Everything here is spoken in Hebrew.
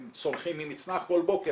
הם צונחים ממצנח כל בוקר?